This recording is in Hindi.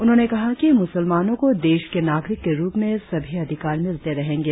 उन्होंने कहा कि मुसलमानों को देश के नागरिक के रुप में सभी अधिकार मिलते रहेंगे